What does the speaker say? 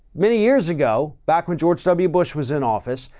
many years ago, back when george w. bush was in office,